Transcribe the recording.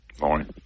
Morning